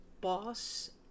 boss